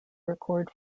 record